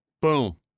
Boom